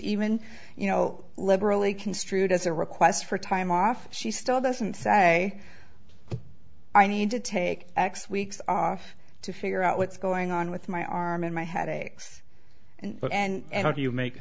even you know liberally construed as a request for time off she still doesn't say i need to take x weeks off to figure out what's going on with my arm and my headaches and but and how do you make